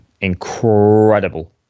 incredible